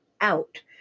out